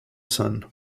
sun